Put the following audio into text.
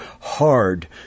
hard